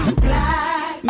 black